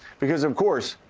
because, of course,